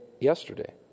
yesterday